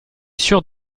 sûr